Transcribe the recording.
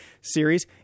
series